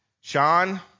Sean